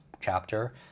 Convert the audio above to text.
chapter